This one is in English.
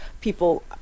people